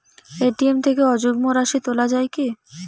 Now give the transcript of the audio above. ATM থেকে অযুগ্ম রাশি তোলা য়ায় কি?